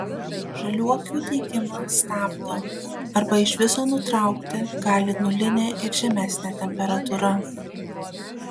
žaliuokių dygimą stabdo arba ir iš viso nutraukti gali nulinė ir žemesnė temperatūra